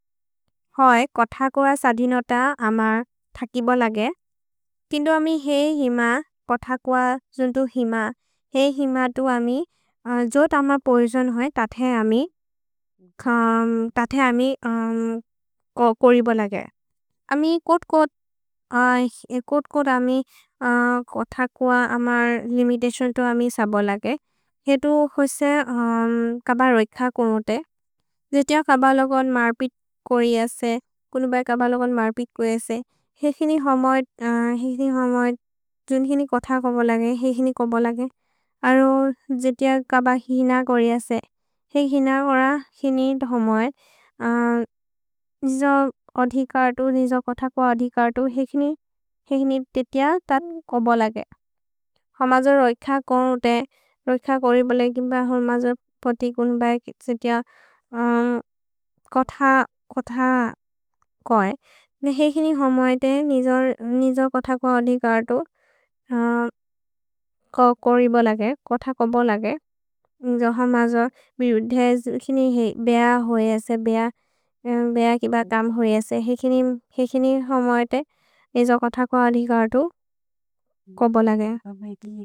होइ, कोथ कुअ सधिन त अमर् थकि बोलगे। पिन्दु अमि हेइ हिम कोथ कुअ जुन्तो हिम। हेइ हिम तु अमि जोद् अमर् पोरिजोन् होइ, तथे अमि कोरि बोलगे। अमि कोत्-कोत् अमि कोथ कुअ, अमर् लिमिततिओन् तु अमि सब् बोलगे। हेइ तु होइसे कब रैख कोनोते। जेति अ कब लगोन् मर्पित् कोरि असे, कुनु बए कब लगोन् मर्पित् को एसे। हेइ हिनि होमोएद्। जुन् हिनि कोथ को बोलगे। हेइ हिनि को बोलगे। अरो जेति अ कब हिन कोरि असे। हेइ हिन कोर, हिनि होमोएद्। जिजो अधिकतु, जिजो कोथ कुअ अधिकतु, हेइ हिनि तेतिअ, तथ् को बोलगे। होइ मजो रैख कोनोते, रैख कोरि बोले, होइ मजो पति कुनु बए केतिअ, कोथ कुअ ए। हेइ हिनि होमोएद्, निजो कोथ कुअ अधिकतु, कोरि बोलगे, कोथ कुअ बोलगे। निजो होइ मजो बेअ होइ एसे, बेअ किब गम् होइ एसे। हेइ हिनि होमोएद्, निजो कोथ कुअ अधिकतु, कुअ बोलगे।